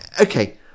okay